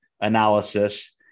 analysis